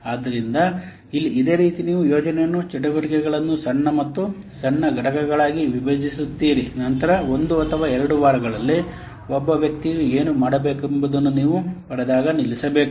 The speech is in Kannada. ಆದ್ದರಿಂದ ಇಲ್ಲಿ ಇದೇ ರೀತಿ ನೀವು ಯೋಜನೆಯ ಚಟುವಟಿಕೆಗಳನ್ನು ಸಣ್ಣ ಮತ್ತು ಸಣ್ಣ ಘಟಕಗಳಾಗಿ ವಿಭಜಿಸುತ್ತೀರಿ ನಂತರ ಒಂದು ಅಥವಾ ಎರಡು ವಾರಗಳಲ್ಲಿ ಒಬ್ಬ ವ್ಯಕ್ತಿಯು ಏನು ಮಾಡಬೇಕೆಂದು ನೀವು ಪಡೆದಾಗ ನಿಲ್ಲಿಸಬೇಕು